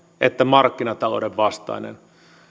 että markkinatalouden vastainen